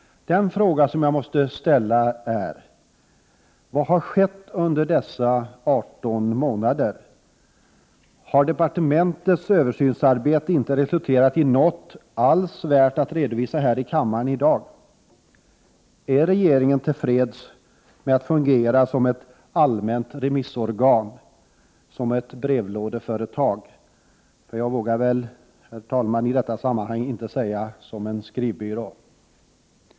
Den fråga jag måste ställa är: Vad har skett under dessa 18 månader? Har departementets översynsarbete inte resulterat i något alls värt att redovisa i kammaren i dag? Är regeringen tillfreds med att fungera som ett allmänt remissorgan, som ett brevlådeföretag — jag vågar väl i detta sammanhang, herr talman, inte säga som en skrivbyrå?